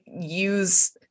use